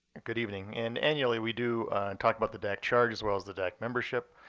good evening. and annually, we do talk about the dac charge as well as the dac membership.